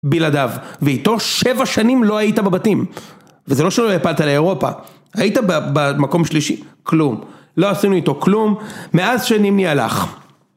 בלעדיו. ואיתו שבע שנים לא היית בבתים. וזה לא שלא העפלת לאירופה. היית במקום שלישי? כלום. לא עשינו איתו כלום מאז שנמני הלך.